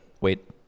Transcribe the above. Wait